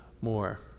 more